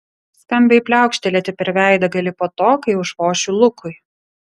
skambiai pliaukštelėti per veidą gali po to kai užvošiu lukui